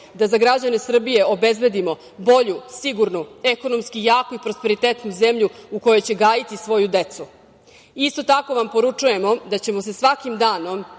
da za građane Srbije obezbedimo bolju, sigurnu, ekonomski jaku i prosperitetnu zemlju u kojoj će gajiti svoju decu. Isto tako vam poručujemo da ćemo se svakim danom